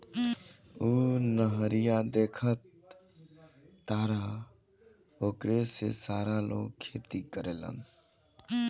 उ नहरिया देखऽ तारऽ ओकरे से सारा लोग खेती करेलेन